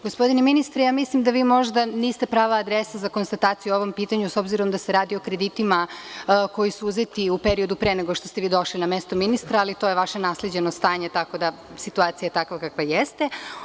Gospodine ministre, mislim da možda niste prava adresa za konstataciju o ovom pitanju, s obzirom da se radi o kreditima koji su uzeti u periodu pre nego što ste vi došli na mestu ministra, ali to je vaše nasleđeno stanje, tako da je situacija takva kakva jeste.